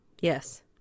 Yes